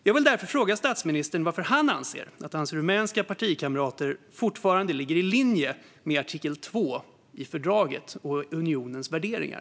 Jag vill därför fråga statsministern varför han anser att hans rumänska partikamrater fortfarande ligger i linje med artikel 2 i fördraget och unionens värderingar.